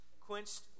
quenched